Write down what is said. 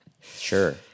Sure